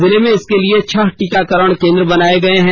जिले में इसके लिए छह टीकाकरण केंद्र बनाए गए हैं